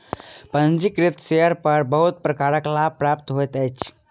पंजीकृत शेयर पर बहुत प्रकारक लाभ प्राप्त होइत अछि